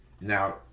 Now